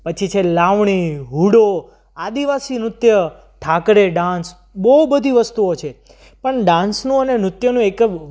પછી છે લાવણી હુડો આદિવાસી નૃત્ય ઠાકરે ડાન્સ બહુ બધી વસ્તુઓ છે પણ ડાન્સનું અને નૃત્યનું એક